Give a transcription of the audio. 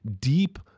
deep